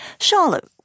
Charlotte